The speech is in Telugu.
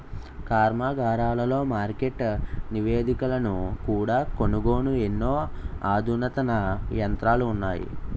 కర్మాగారాలలో మార్కెట్ నివేదికలను కూడా కనుగొనే ఎన్నో అధునాతన యంత్రాలు ఉన్నాయి